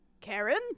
Karen